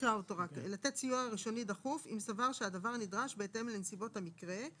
(3)לתת סיוע ראשוני דחוף אם סבר שהדבר נדרש בהתאם לנסיבות המקרה,